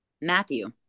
Matthew